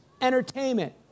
entertainment